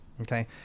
Okay